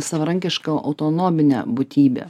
savarankiška autonominė būtybė